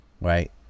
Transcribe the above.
right